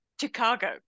Chicago